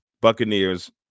Buccaneers